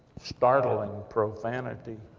startling profanity.